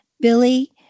billy